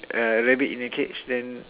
a rabbit in a cage then